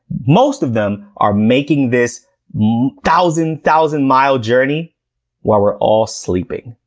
most of them are making this thousand, thousand-mile journey while we're all sleeping.